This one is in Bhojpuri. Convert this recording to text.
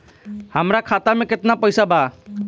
हमरा खाता मे केतना पैसा बा?